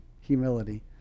humility